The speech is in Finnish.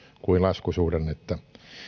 kuin laskusuhdannetta